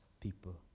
people